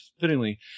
fittingly